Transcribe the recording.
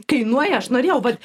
kainuoja aš norėjau vat